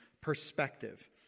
perspective